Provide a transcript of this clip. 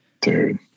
Dude